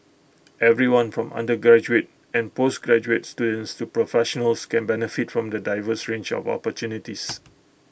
everyone from undergraduate and postgraduate students to professionals can benefit from the diverse range of opportunities